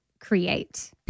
create